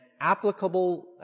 applicable